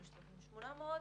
5,800,